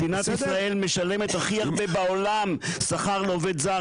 מדינת ישראל משלמת הכי הרבה בעולם שכר לעובד זר.